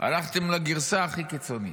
הלכתם לגרסה הכי קיצונית.